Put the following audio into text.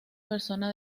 persona